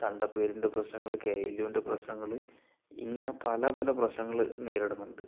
തണ്ടപ്പേരിൻ്റെ പ്രശ്നങ്ങൾ K L യുവിൻ്റെ പ്രശ്നങ്ങൾ ഇങ്ങനെ പല പല പ്രശ്നങ്ങളും നേരിടുന്നുണ്ട്